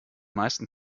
meisten